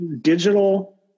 digital